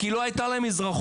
כי לא הייתה להם אזרחות.